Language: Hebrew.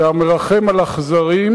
שהמרחם על אכזרים,